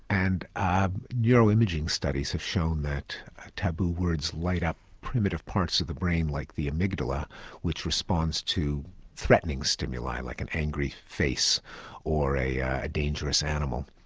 and ah neuro imaging studies have shown that taboo words light up primitive parts of the brain like the amygdala which responds to threatening stimuli, like an angry face or a dangerous animal.